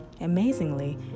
amazingly